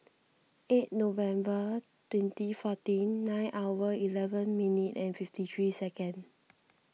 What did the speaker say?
eight November twenty fourteen nine hour eleven minute and fifty three second